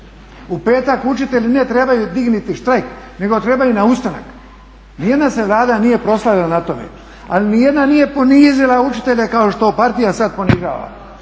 U petak učitelji ne trebaju dignuti štrajk nego trebaju na ustanak. Nijedna se Vlada nije proslavila na tome, ali nijedna nije ponizila učitelje kao što partija sad ponižava.